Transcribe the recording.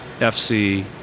FC